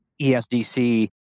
ESDC